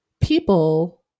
people